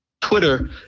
Twitter